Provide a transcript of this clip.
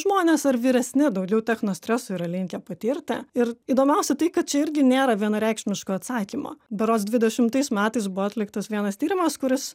žmonės ar vyresni daugiau technostreso yra linkę patirti ir įdomiausia tai kad čia irgi nėra vienareikšmiško atsakymo berods dvidešimtais metais buvo atliktas vienas tyrimas kuris